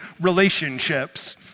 Relationships